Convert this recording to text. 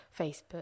Facebook